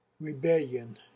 rebellion